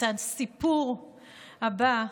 את הסיפור הבא,